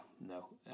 no